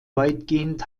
weitgehend